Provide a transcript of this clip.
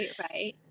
right